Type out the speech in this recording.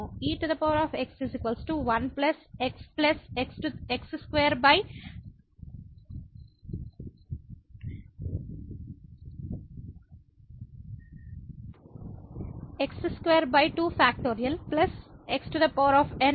ex 1 x x22